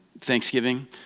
Thanksgiving